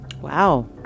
Wow